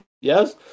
Yes